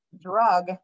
drug